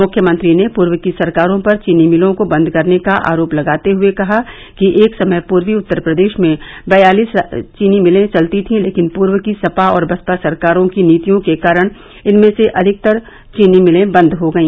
मुख्यमंत्री ने पूर्व की सरकारों पर चीनी मिलों को बद करने का आरोप लगाते हुए कहा कि एक समय पूर्वी उत्तर प्रदेश में बयालीस चीनी मिलें चलती थीं लेकिन पूर्व की बसपा और सपा सरकारों की नीतियों के कारण इनमें से अधिकतर चीनी मिलें बंद हो गई